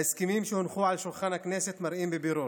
ההסכמים שהונחו על שולחן הכנסת מראים בבירור